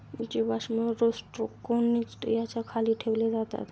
जीवाश्म रोस्ट्रोकोन्टि याच्या खाली ठेवले जातात